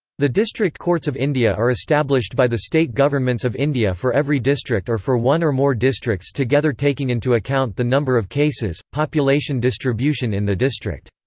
the district courts of india are established by the state governments of india for every district or for one or more districts together taking into account the number of cases, population distribution in the district.